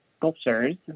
sculptures